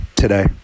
today